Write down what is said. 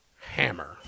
Hammer